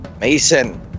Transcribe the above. Mason